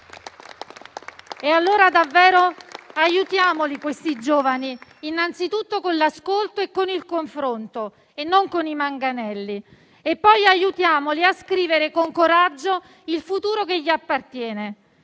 E allora davvero aiutiamoli questi giovani, innanzitutto con l'ascolto e con il confronto e non con i manganelli. Poi aiutiamoli a scrivere con coraggio il futuro che gli appartiene.